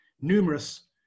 numerous